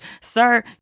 sir